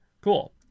Cool